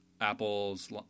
Apple's